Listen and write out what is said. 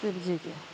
शिव जीके